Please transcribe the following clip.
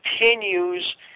continues